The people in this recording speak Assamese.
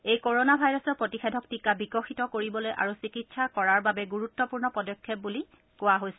এই কৰোণা ভাইৰাছৰ প্ৰতিষেধক টীকা বিকশিত কৰিবলৈ আৰু চিকিৎসা কৰাৰ বাবে গুৰুত্পূৰ্ণ পদক্ষেপ বুলি কোৱা হৈছে